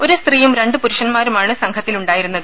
ഒരു സ്ത്രീയും രണ്ട് പുരുഷന്മാരുമാണ് സംഘത്തിലു ണ്ടായിരുന്നത്